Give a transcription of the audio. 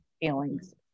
feelings